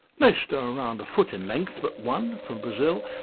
most are around a foot in length but one, from brazil,